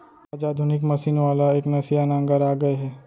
आज आधुनिक मसीन वाला एकनसिया नांगर आ गए हे